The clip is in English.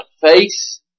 face